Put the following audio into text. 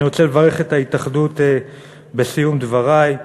אני רוצה לברך את ההתאחדות בסיום דברי,